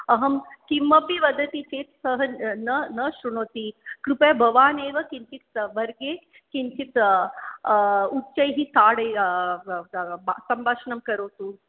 अहं किमपि वदति चेत् सः न न शृणोति कृपया भवान् एव किञ्चित् स वर्गे किञ्चित् उच्चैः ताडय सम्भाषणं करोतु